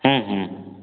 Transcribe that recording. ହାଁ